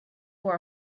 for